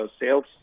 sales